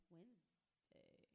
Wednesday